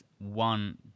one